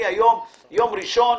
אני היום, ביום ראשון,